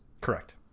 Correct